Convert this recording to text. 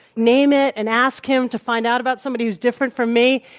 name it, and ask him to find out about somebody who's different from me,